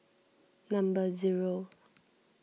number zero